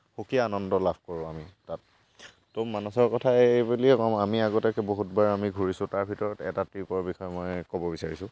সুকীয়া আনন্দ লাভ কৰোঁ আমি তাত তহ মানচৰ কথা এইবুলিয়ে ক'ম আমি আগতে বহুতবাৰ ঘূৰিছোঁ তাৰ ভিতৰত এটা ট্ৰিপৰ বিষয়ে মই ক'ব বিচাৰিছোঁ